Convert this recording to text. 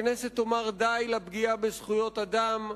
הכנסת תאמר די לפגיעה בזכויות אדם,